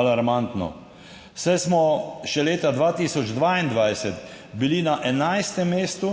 Alarmantno. Saj smo še leta 2022 bili na 11. mestu,